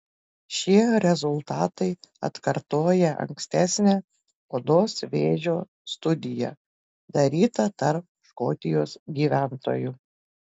šie rezultatai atkartoja ankstesnę odos vėžio studiją darytą tarp škotijos gyventojų